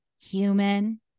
human